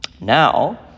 Now